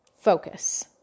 focus